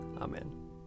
Amen